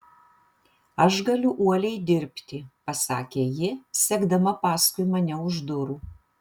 aš galiu uoliai dirbti pasakė ji sekdama paskui mane už durų